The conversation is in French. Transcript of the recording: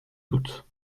doute